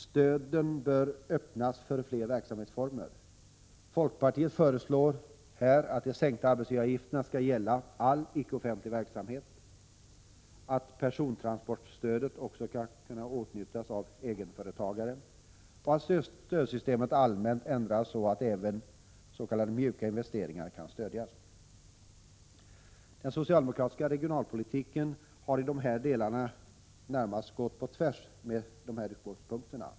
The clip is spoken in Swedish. Stöden bör öppnas för fler verksamhetsformer. Folkpartiet föreslår här att de sänkta arbetsgivaravgifterna skall gälla all icke-offentlig verksamhet, att persontransportstödet också skall kunna åtnjutas av egenföretagare och att stödsystemet allmänt ändras så att även ”mjuka” investeringar kan stödjas. Den socialdemokratiska regionalpolitiken har närmast gått på tvärs med dessa utgångspunkter.